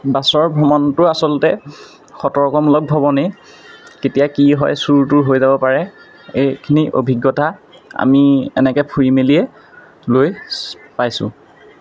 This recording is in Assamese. বাছৰ ভ্ৰমণটো আচলতে সতৰ্কমূলক ভ্ৰমণেই কেতিয়া কি হয় চোৰ টোৰ হৈ যাব পাৰে এইখিনি অভিজ্ঞতা আমি এনেকৈ ফুৰি মেলিয়ে লৈ পাইছোঁ